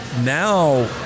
now